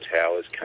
Towers